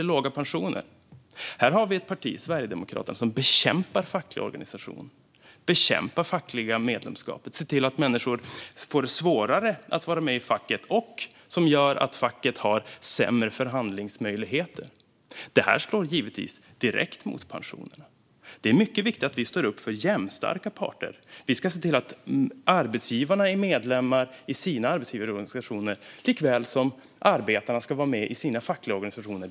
En översyn av regler-ingen för tjänste-pensionsföretag Vi har ett parti - Sverigedemokraterna - som bekämpar fackliga organisationer, som bekämpar fackliga medlemskap, som ser till att människor får det svårare att vara med i facket och som gör att facket får sämre förhandlingsmöjligheter. Detta slår givetvis direkt mot pensionerna. Det är mycket viktigt att vi står upp för jämnstarka parter. Vi ska se till att arbetsgivarna är medlemmar i sina arbetsgivarorganisationer, likaväl som arbetarna ska vara med i sina fackliga organisationer.